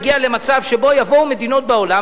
שבו יבואו מדינות בעולם,